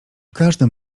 każdym